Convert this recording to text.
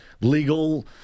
legal